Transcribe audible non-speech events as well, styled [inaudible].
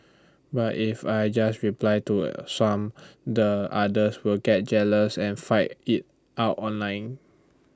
but if I just reply to [noise] some the others will get jealous and fight IT out online